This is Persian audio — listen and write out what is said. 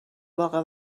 باغ